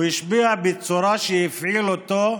הוא השפיע בצורה שהובילה אותם